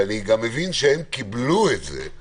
ואני גם מבין שהם קיבלו את זהו